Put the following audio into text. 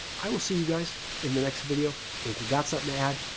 i will see you guys in the next video. and if you've got something to add,